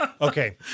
okay